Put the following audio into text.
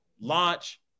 launch